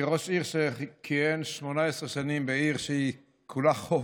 כראש עיר שכיהן 18 שנים בעיר שהיא כולה חוף,